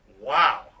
Wow